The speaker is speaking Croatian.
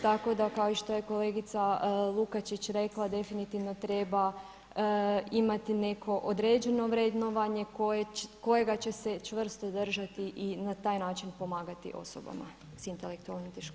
Tako da kao što je i kolegica Lukačić rekla definitivno treba imati neko određeno vrednovanje kojega će se čvrsto držati i na taj način pomagati osobama sa intelektualnim teškoćama.